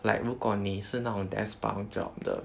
like 如果你是那种 desk-bound job 的